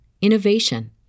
innovation